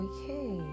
Okay